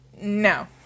No